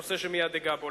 נושא שמייד אגע בו.